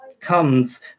comes